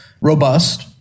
robust